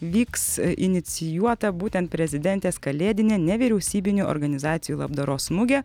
vyks inicijuota būtent prezidentės kalėdinė nevyriausybinių organizacijų labdaros mugė